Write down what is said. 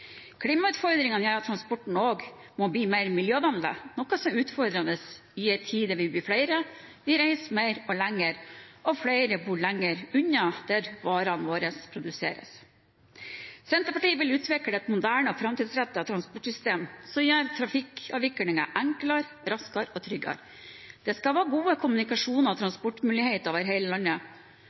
Klimautfordringene gjør at transporten også må bli mer miljøvennlig, noe som er utfordrende i en tid der vi blir flere, vi reiser mer og lenger, og flere bor lenger unna der varene våre produseres. Senterpartiet vil utvikle et moderne og framtidsrettet transportsystem som gjør trafikkavviklingen enklere, raskere og tryggere. Det skal være gode kommunikasjoner og transportmuligheter over hele landet.